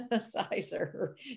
sizer